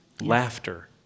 Laughter